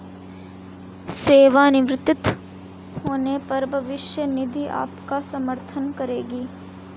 सेवानिवृत्त होने पर भविष्य निधि आपका समर्थन करेगी